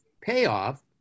payoff